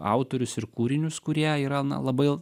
autorius ir kūrinius kurie yra na labai